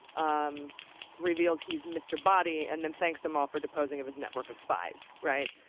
um reveals he's mr. boddy and then thanks them all for deposing of his network of spies, right?